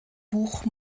buch